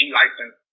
license